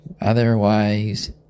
otherwise